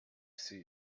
see